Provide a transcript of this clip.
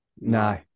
No